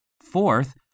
Fourth